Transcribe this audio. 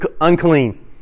unclean